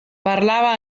parlava